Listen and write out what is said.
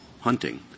hunting